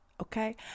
okay